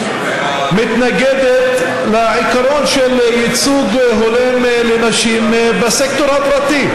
מתנגדת לעיקרון של ייצוג הולם לנשים בסקטור הפרטי.